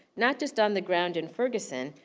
not just on the ground in ferguson,